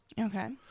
Okay